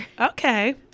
Okay